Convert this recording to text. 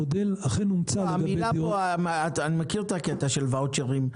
המודל אכן הומצא לגבי דיור --- אני מכיר את הקטע של ואוצ'רים,